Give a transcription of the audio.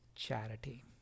charity